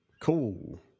Cool